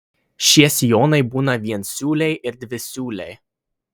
šie sijonai būna viensiūliai ir dvisiūliai